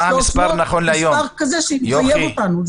מספר כזה שיחייב אותנו.